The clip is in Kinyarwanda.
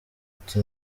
uti